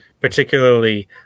Particularly